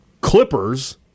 Clippers